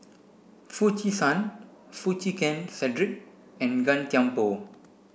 Foo Chee San Foo Chee Keng Cedric and Gan Thiam Poh